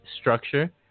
structure